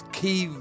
key